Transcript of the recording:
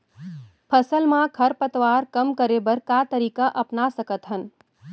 फसल मा खरपतवार कम करे बर का तरीका अपना सकत हन?